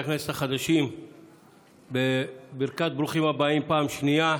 הכנסת החדשים בברכת ברוכים הבאים פעם שנייה,